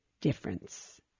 difference